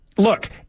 Look